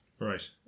right